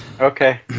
Okay